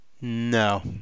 No